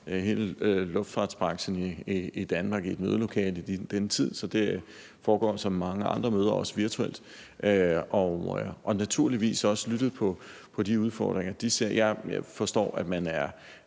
hele luftfartsbranchen i Danmark i et mødelokale i denne tid, så det foregår som mange andre møder også virtuelt – og har naturligvis også lyttet til de udfordringer, de ser. Jeg forstår, at man er